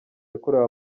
yakorewe